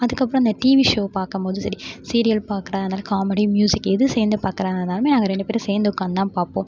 அதுக்கு அப்புறம் அந்த டிவி ஷோ பார்க்கம் போது சரி சீரியல் பார்க்குறதாருந்தாலும் காமெடி மியூசிக் எது சேர்ந்து பாக்கறதாருந்தாலுமே அத ரெண்டு பேரும் சேர்ந்து உக்கார்ந்து தான் பார்ப்போம்